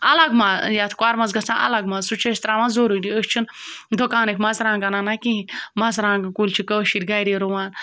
الگ مَ یَتھ کوٚرمَس گژھان الگ مَزٕ سُہ چھِ أسۍ ترٛاوان ضروٗری أسۍ چھِنہٕ دُکانٕکۍ مَرژٕوانٛگَن اَنان کِہیٖنۍ مَرژٕوانٛگَن کُلۍ چھِ کٲشِرۍ گَرے رُوان